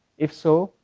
if so,